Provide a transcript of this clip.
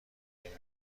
میوه